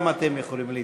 גם אתם יכולים להתאפק.